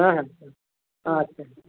ᱦᱮᱸ ᱦᱮᱸ ᱟᱪᱪᱷᱟ ᱟᱪᱪᱷᱟ